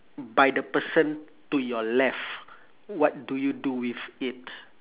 by the person to your left what do you do with it